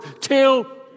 till